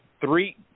three